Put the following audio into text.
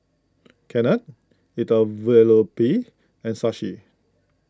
Ketna Elattuvalapil and Shashi